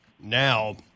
Now